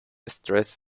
stressed